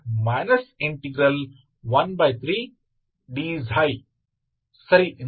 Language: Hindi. तो मैं इसे कैसे हल करूं